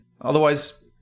otherwise